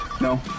No